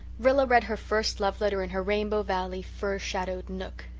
rilla read her first love letter in her rainbow valley fir-shadowed nook,